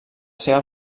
seva